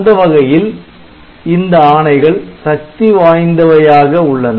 அந்த வகையில் இந்த ஆணைகள் சக்தி வாய்ந்தவையாக உள்ளன